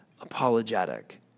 apologetic